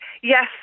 yes